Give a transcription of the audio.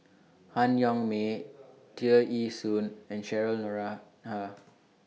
Han Yong May Tear Ee Soon and Cheryl Noronha